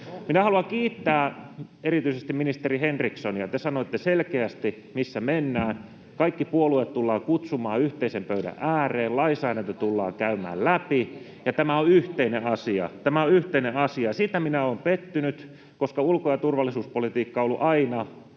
Minä haluan kiittää erityisesti ministeri Henrikssonia. Te sanoitte selkeästi, missä mennään: kaikki puolueet tullaan kutsumaan yhteisen pöydän ääreen, lainsäädäntö tullaan käymään läpi, ja tämä on yhteinen asia. Tämä on yhteinen asia. Minä olen pettynyt, koska ulko- ja turvallisuuspolitiikka on ollut aina